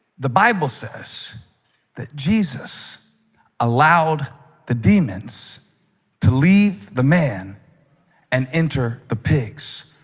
the bible says that jesus allowed the demons to leave the man and enter the pigs.